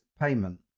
payment